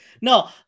No